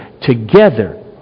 together